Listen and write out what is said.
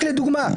רק לדוגמה,